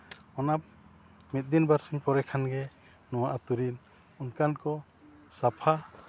ᱚᱱᱟ ᱢᱤᱫ ᱫᱤᱱ ᱵᱟᱨᱥᱤᱧ ᱯᱚᱨᱮ ᱠᱷᱟᱱ ᱜᱮ ᱱᱚᱣᱟ ᱟᱛᱳ ᱨᱮᱱ ᱚᱱᱠᱟᱱ ᱠᱚ ᱥᱟᱯᱷᱟ